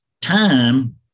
time